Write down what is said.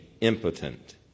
impotent